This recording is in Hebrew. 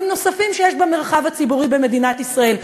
נוספים שיש במרחב הציבורי במדינת ישראל.